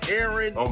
Aaron